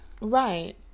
right